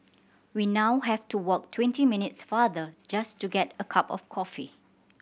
we now have to walk twenty minutes farther just to get a cup of coffee